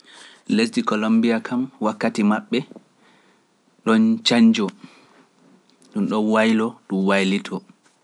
Lesdi Kolombiya kam wakkati maɓɓe ɗon canjoo, ɗum ɗo waylo ɗum waylitoo.